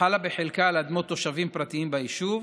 חלה בחלקה על אדמות תושבים פרטיים ביישוב,